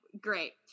Great